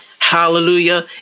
Hallelujah